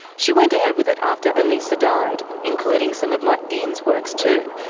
she went ahead with it after elisa died, including some of martin's works too,